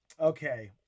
Okay